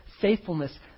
faithfulness